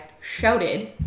shouted